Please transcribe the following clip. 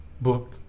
book